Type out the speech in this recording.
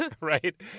Right